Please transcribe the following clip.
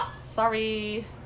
Sorry